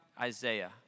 Isaiah